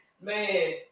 Man